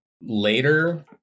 later